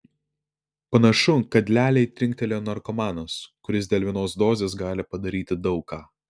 panašu kad lialiai trinktelėjo narkomanas kuris dėl vienos dozės gali padaryti daug ką